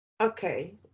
Okay